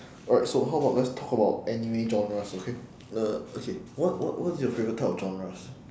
alright so how about let's talk about anime genres okay uh okay what what what's your favourite type of genres